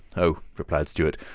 oh, replied stuart,